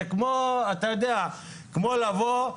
זה כמו, אתה יודע, כמו לבוא,